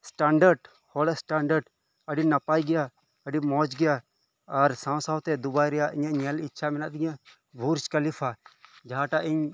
standard ᱦᱚᱲ standard ᱟᱰᱤ ᱱᱟᱯᱟᱭ ᱜᱮᱭᱟ ᱟᱰᱤ ᱢᱚᱸᱡᱽ ᱜᱮᱭᱟ ᱟᱨ ᱥᱟᱶ ᱥᱟᱶᱛᱮ ᱫᱩᱵᱟᱭ ᱨᱮᱭᱟᱜ ᱤᱧᱟᱹᱜ ᱧᱮᱞ ᱤᱪᱪᱷᱟ ᱢᱮᱱᱟᱜ ᱛᱤᱧᱟ ᱵᱩᱨᱡᱽ ᱠᱷᱚᱞᱤᱯᱷᱟ ᱡᱟᱦᱟᱸᱴᱟᱜ ᱤᱧ